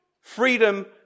Freedom